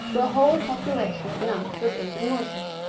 the whole population of nantes was in commotion,